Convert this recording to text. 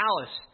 palace